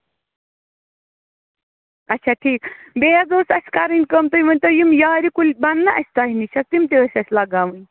اچھا ٹھیٖک بیٚیہِ حظ اوس اَسہِ کَرٕنۍ کٲم تُہۍ ؤنۍ تو یِم یارِ کُلۍ بَناہ اَسہِ تۄہہِ نِش تِم تہِ ٲسۍ اَسہِ لَگاوٕنۍ